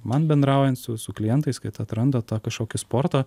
man bendraujant su su klientais kad atranda tą kažkokį sportą